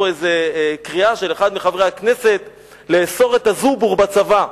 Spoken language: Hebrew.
איזה קריאה של אחד מחברי הכנסת לאסור את ה"זובור" בצבא.